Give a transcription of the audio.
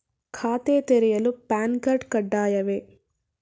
ಖಾತೆ ತೆರೆಯಲು PAN card ಕಡ್ಡಾಯವೇ?